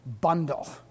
bundle